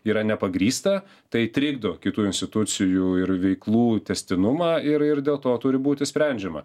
yra nepagrįsta tai trikdo kitų institucijų ir veiklų tęstinumą ir ir dėl to turi būti sprendžiama